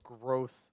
growth